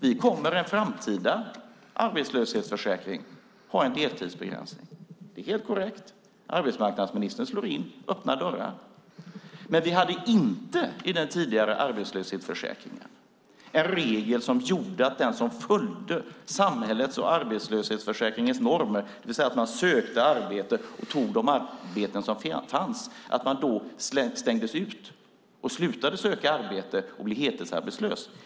Vi kommer i en framtida arbetslöshetsförsäkring att ha en deltidsbegränsning. Det är helt korrekt. Arbetsmarknadsministern slår in öppna dörrar. Vi hade inte i den tidigare arbetslöshetsförsäkringen en regel som gjorde att den som följde samhällets och arbetslöshetsförsäkringens normer, det vill säga sökte arbete och tog de arbeten som fanns, slängdes ut, slutade söka arbete och blev heltidsarbetslös.